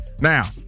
Now